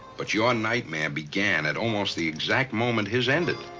but your nightmare began at almost the exact moment his ended.